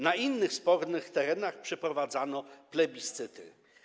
Na innych spornych terenach przeprowadzano plebiscyty.